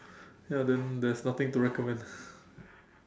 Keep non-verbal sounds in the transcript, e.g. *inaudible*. ya then there's nothing to recommend *breath*